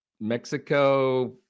mexico